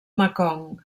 mekong